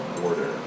border